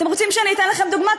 אתם רוצים שאתן לכם דוגמה?